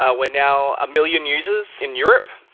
ah we're now a million users in europe.